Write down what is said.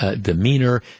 demeanor